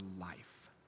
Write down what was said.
life